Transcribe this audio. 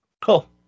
Cool